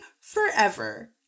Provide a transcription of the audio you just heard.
forever